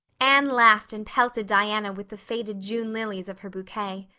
anne laughed and pelted diana with the faded june lilies of her bouquet.